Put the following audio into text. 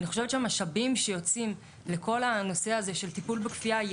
אני חושבת שהמשאבים שיוצאים לכל הנושא הזה של טיפול בכפייה הם